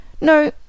No—